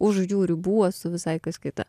už jų ribų esu visai kas kita